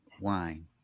wine